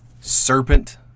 Serpent